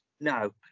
No